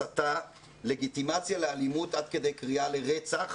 הסתה, לגיטימציה לאלימות עד כדי קריאה לרצח,